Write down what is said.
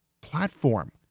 platform